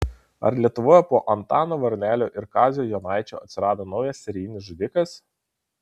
ar lietuvoje po antano varnelio ir kazio jonaičio atsirado naujas serijinis žudikas